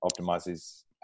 Optimize's